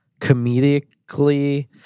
comedically